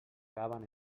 caben